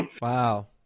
Wow